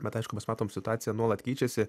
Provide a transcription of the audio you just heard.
bet aišku mes matom situacija nuolat keičiasi